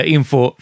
Info